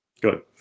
Good